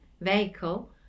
vehicle